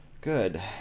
good